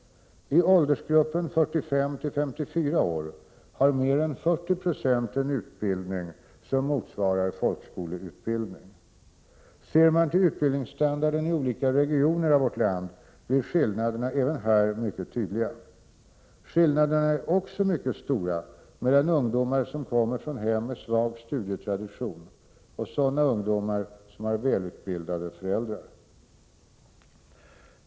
I åldersgruppen 45-54 år har mer än 40 96 en utbildning som motsvarar folkskoleutbildning. Ser man till utbildningsstandarden i olika regioner av vårt land blir skillnaderna även här mycket tydliga. Skillnaderna är också mycket stora mellan ungdomar som kommer från hem med svag studietradition och sådana ungdomar som har välutbildade föräldrar.